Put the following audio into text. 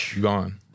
gone